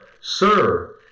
sir